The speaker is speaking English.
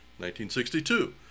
1962